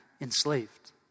enslaved